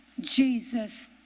Jesus